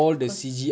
of course